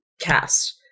cast